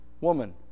woman